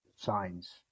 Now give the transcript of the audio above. signs